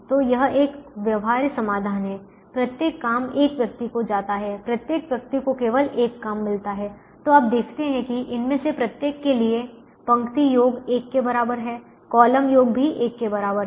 तो यह एक व्यवहार्य समाधान है प्रत्येक काम एक व्यक्ति को जाता है प्रत्येक व्यक्ति को केवल एक काम मिलता है तो आप देखते हैं कि इनमें से प्रत्येक के लिए पंक्ति योग 1 के बराबर है कॉलम योग भी 1 के बराबर है